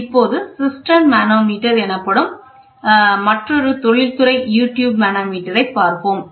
இப்பொழுது cistern manometer எனப்படும் மற்றொரு தொழில்துறை யு டியூப் மனோமீட்டரைத் பார்ப்போம்